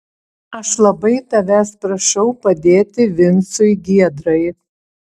aš labai tavęs prašau padėti vincui giedrai